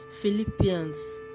Philippians